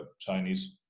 Chinese